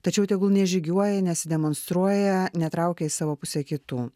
tačiau tegul nežygiuoja nesidemonstruoja netraukia į savo pusę kitų